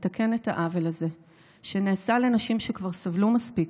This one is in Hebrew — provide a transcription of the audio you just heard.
לתקן את העוול הזה שנעשה לנשים שכבר סבלו מספיק,